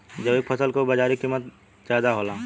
जैविक फसल क बाजारी कीमत ज्यादा होला